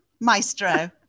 maestro